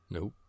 Nope